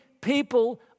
people